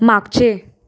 मागचे